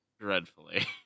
dreadfully